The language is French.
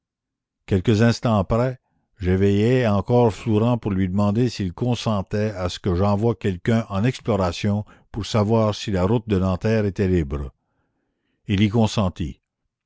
quelques instants après j'éveillai encore flourens pour lui demander s'il consentait à ce que j'envoie quelqu'un en exploration pour savoir si la route de nanterre était libre il y consentit